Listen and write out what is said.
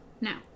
Now